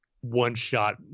one-shot